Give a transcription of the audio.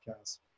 podcast